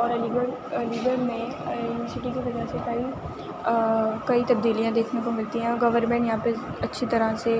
اور Aligarh Aligarh میں university کے وجہ سے کئی کئی تبدیلیاں دیکھنے کو ملتی ہیں اور گورنمنٹ یہاں پہ اچھی طرح سے